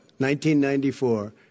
1994